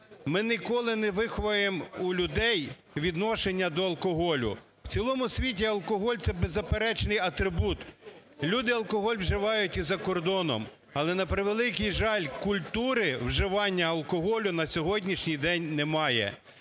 ми ніколи не виховаємо у людей відношення до алкоголю. В цілому світі алкоголь – це беззаперечний атрибут. Люди алкоголь вживають і за кордоном, але, на превеликий жаль, культури вживання алкоголю на сьогоднішній день немає.